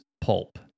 PULP